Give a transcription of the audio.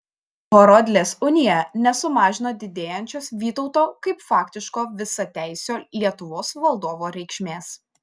horodlės unija nesumažino didėjančios vytauto kaip faktiško visateisio lietuvos valdovo reikšmės